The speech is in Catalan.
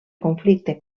conflicte